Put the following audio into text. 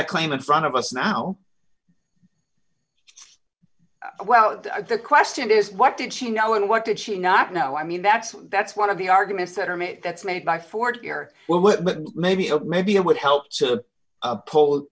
that claim in front of us now well the question is what did she know and what did she not know i mean that's that's one of the arguments that are made that's made by ford here well with maybe oh baby it would help to hold